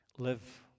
Live